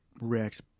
reacts